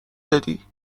دادی